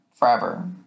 Forever